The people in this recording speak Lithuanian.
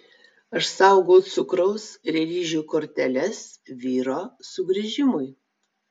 aš saugau cukraus ir ryžių korteles vyro sugrįžimui